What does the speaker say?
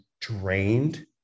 drained